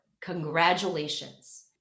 Congratulations